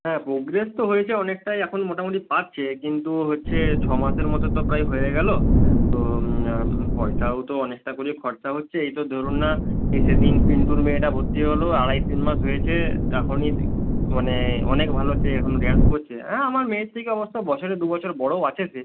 হ্যাঁ প্রোগ্রেস তো হয়েছে অনেকটাই এখন মোটামুটি পারছে কিন্তু হচ্ছে ছমাসের মতো তো প্রায় হয়ে গেলো তো পয়সাও তো অনেকটা করেই খরচা হচ্ছে এই তো ধরুন না এ সেদিন পিন্টুর মেয়েটা ভর্তি হলো আড়াই তিন মাস হয়েছে এখনই মানে অনেক ভালো সে এখন ডান্স করছে হ্যাঁ আমার মেয়ের থেকে অবশ্য বছরে দুবছর বড়ও আছে সে